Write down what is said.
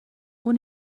اون